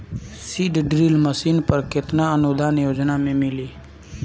Seed drill machine पर केतना अनुदान योजना में मिली?